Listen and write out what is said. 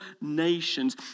nations